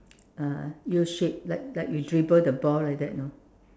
uh U shape like like you dribble the ball like that you know